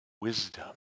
wisdom